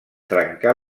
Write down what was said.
trencar